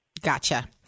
Gotcha